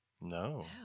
No